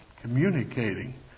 communicating